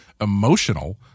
emotional